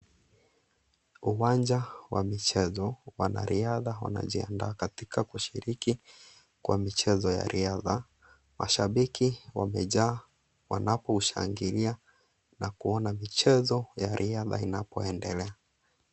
Uwanja wa michezo, wanariadha wanajiandaa katika kushiriki kwa michezo ya riadha, mashabiki wamejaa wanaposhangilia na kuona michezo ya riadha inapoendelea.